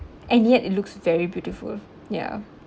and yet it looks very beautiful ya